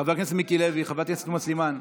חבר הכנסת מיקי לוי, חברת הכנסת תומא סלימאן,